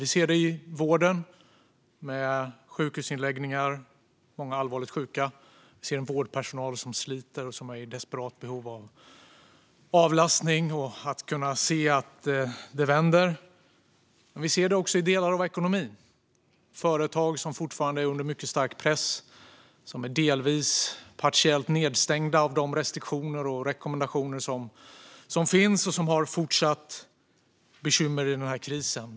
Vi ser det i vården med sjukhusinläggningar och med allvarligt sjuka. Vi ser en vårdpersonal som sliter och som är i desperat behov av avlastning och att kunna se att det vänder. Vi ser det också i delar av ekonomin. Det är företag som fortfarande är under mycket stark press och som är partiellt nedstängda under de restriktioner och rekommendationer som finns. De har fortsatt bekymmer i krisen.